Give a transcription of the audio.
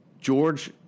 George